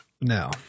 No